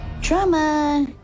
Drama